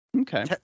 Okay